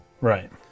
Right